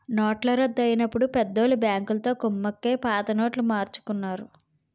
నోట్ల రద్దు అయినప్పుడు పెద్దోళ్ళు బ్యాంకులతో కుమ్మక్కై పాత నోట్లు మార్చుకున్నారు